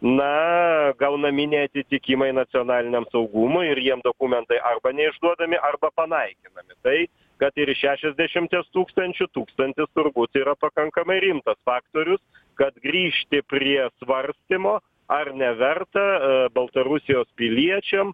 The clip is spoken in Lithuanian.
na gaunami neatitikimai nacionaliniam saugumui ir jiems dokumentai arba neišduodami arba panaikinami tai kad ir iš šešiasdešimties tūkstančių tūkstantis turbūt yra pakankamai rimtas faktorius kad grįžti prie svarstymo ar neverta baltarusijos piliečiams